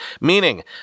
Meaning